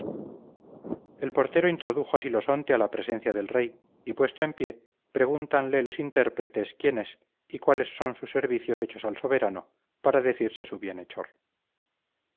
el portero introdujo a silosonte a la presencia del rey y puesto en pie pregúntanle los intérpretes quién es y cuáles son sus servicios hechos al soberano para decirse su